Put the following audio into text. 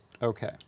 Okay